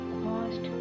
cost